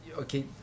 okay